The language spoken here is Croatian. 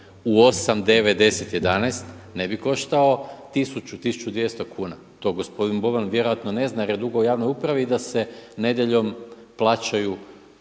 u 8, 9, 10, 11 ne bi koštao 1000, 1200 kuna, to gospodin Boban vjerojatno ne zna jer je dugo u javnoj upravi da se nedjeljom plaćaju